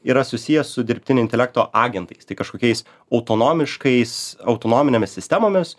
yra susiję su dirbtinio intelekto agentais tai kažkokiais autonomiškais autonominėmis sistemomis